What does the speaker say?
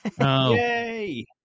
Yay